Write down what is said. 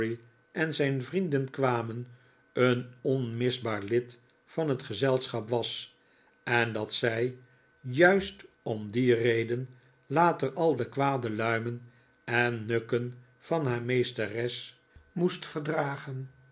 en zijn vrienden kwamen een onmisbaar lid van het gezelschap was en dat zij juist om die reden later al de kwade luimen en nukken van haar meesteres moest verdragen